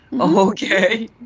Okay